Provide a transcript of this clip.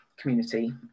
community